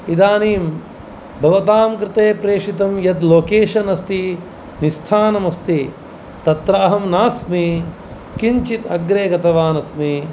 इदानीं भवतां कृते प्रेषितं यद् लोकेषन् अस्ति निस्स्थानमस्ति तत्राहं नास्मि किञ्चित् अग्रे गतवान् अस्मि